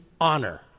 honor